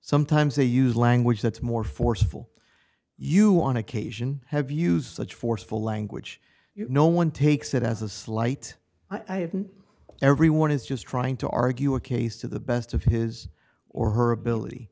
sometimes they use language that's more forceful you on occasion have used such forceful language no one takes it as a slight i have been everyone is just trying to argue a case to the best of his or her ability